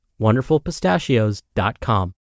wonderfulpistachios.com